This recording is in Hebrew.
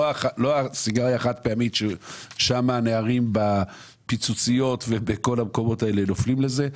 לא על הסיגריה החד פעמית שם בפיצוציות הנערים נופלים לזה.